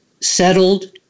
settled